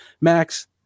Max